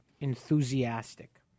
enthusiastic